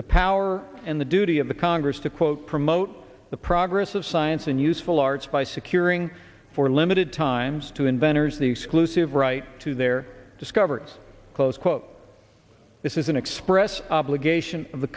the power and the duty of the congress to quote promote the progress of science and useful arts by securing for limited times to inventors the exclusive right to their discover its close quote this is an express obligation of the